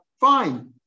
fine